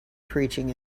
preaching